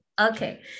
okay